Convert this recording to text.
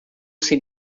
sem